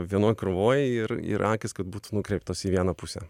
vienoj krūvoj ir ir akys kad būtų nukreiptos į vieną pusę